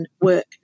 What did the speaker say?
work